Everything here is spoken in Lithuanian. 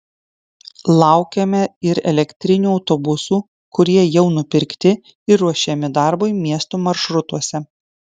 laukiame ir elektrinių autobusų kurie jau nupirkti ir ruošiami darbui miesto maršrutuose